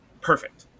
perfect